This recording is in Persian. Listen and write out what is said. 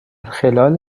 خلال